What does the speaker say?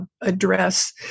address